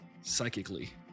psychically